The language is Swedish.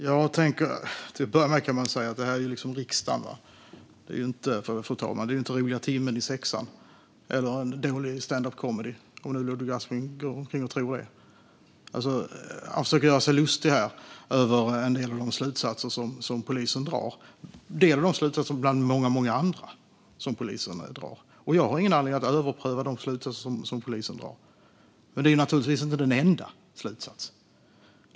Fru talman! Till att börja med kan man säga att det här är riksdagen och inte roliga timmen i sexan eller en dålig stand up comedy-föreställning, om nu Ludvig Aspling går omkring och tror det. Han försöker göra sig lustig här över en del av de slutsatser som polisen drar. De är en del av slutsatser bland många andra som polisen drar. Jag har ingen anledning att överpröva de slutsatser som polisen drar. Men det här är naturligtvis inte de enda slutsatserna.